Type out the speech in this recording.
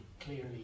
clearly